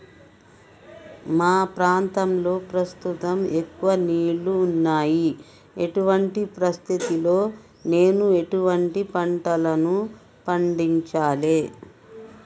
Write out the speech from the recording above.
మా ప్రాంతంలో ప్రస్తుతం ఎక్కువ నీళ్లు ఉన్నాయి, ఇటువంటి పరిస్థితిలో నేను ఎటువంటి పంటలను పండించాలే?